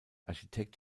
architekt